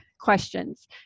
questions